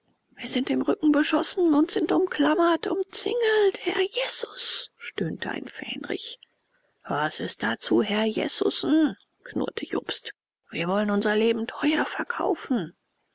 wir werden im rücken beschossen und sind umklammert umzingelt herrjesus stöhnte ein fähnrich was ist da zu herrjesusen knurrte jobst wir wollen unser leben teuer verkaufen